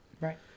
Right